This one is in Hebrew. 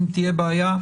אם תהיה בעיה,